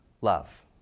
love